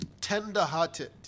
tender-hearted